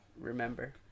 remember